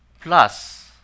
plus